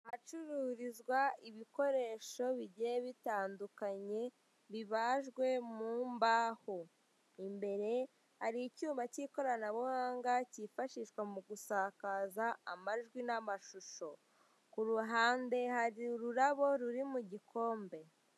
Ahacururizwa ibikoresho bigiye bitandukanye, bibajwe mu mbaho. Imbere hari icyuma cy'ikoranabuhanga kifashishwa mu gusakaza amajwi n'amashusho. Kuruhande hari ururabo ruri mu gikombe.